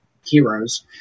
heroes